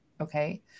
Okay